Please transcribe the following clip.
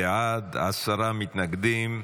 בעד, עשרה מתנגדים.